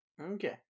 Okay